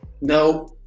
No